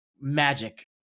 magic